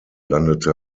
landete